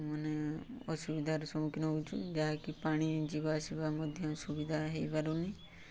ମାନେ ଅସୁବିଧାର ସମ୍ମୁଖୀନ ହେଉଛୁ ଯାହାକି ପାଣି ଯିବା ଆସିବା ମଧ୍ୟ ସୁବିଧା ହେଇପାରୁନି